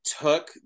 took